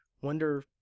wonder